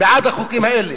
בעד החוקים האלה,